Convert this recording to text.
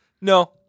no